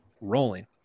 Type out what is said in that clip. rolling